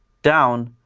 down,